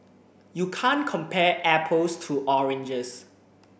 you can't compare apples to oranges